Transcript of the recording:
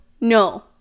No